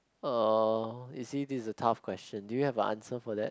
(uh)you see this is a tough question do you have an answer for that